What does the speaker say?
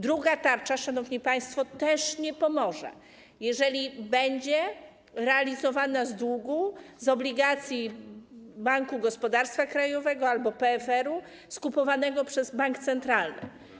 Druga tarcza, szanowni państwo, też nie pomoże, jeżeli będzie realizowana z długu, z obligacji Banku Gospodarstwa Krajowego albo PFR-u, skupowanego przez bank centralny.